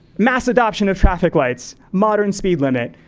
mass adoption of traffic lights, modern speed limit,